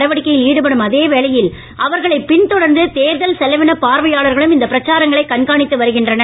நடவடிக்கையில் ஈடுபடும் அதேவேளையில் அவர்களை பின்தொடர்ந்து தேர்தல் செலவினப் பார்வையாளர்களும் இந்த பிரச்சாரங்களை கண்காணித்து வருகின்றனர்